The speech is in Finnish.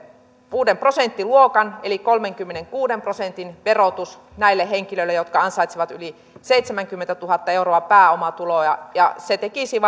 uuden prosenttiluokan eli kolmenkymmenenkuuden prosentin verotus näille henkilöille jotka ansaitsevat yli seitsemänkymmentätuhatta euroa pääomatuloja se tekisi